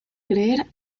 creer